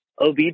OB